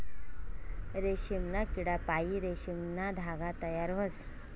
रेशीमना किडापाईन रेशीमना धागा तयार व्हस